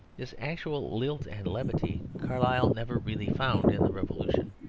this actual lilt and levity carlyle never really found in the revolution,